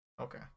okay